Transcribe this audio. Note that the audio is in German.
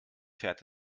fährt